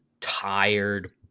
tired